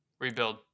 Rebuild